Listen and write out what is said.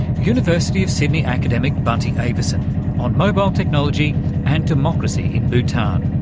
university of sydney academic bunty avieson on mobile technology and democracy in bhutan.